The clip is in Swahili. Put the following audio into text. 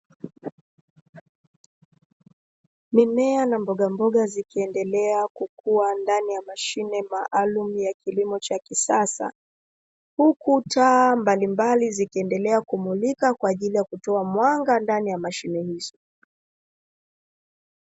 Mimea na mbogamboga zikiendelea kukua ndani ya mashine maalumu ya kilimo cha kisasa, huku taa mbalimbali zikiendelea kumulika kwa ajili ya kutoa mwanga ndani ya mashine hizo.